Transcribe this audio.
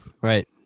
right